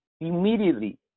Immediately